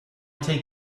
take